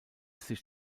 sich